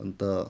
अन्त